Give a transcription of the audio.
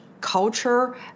culture